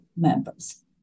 members